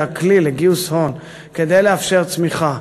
הכלי לגיוס הון כדי לאפשר צמיחה,